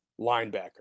linebacker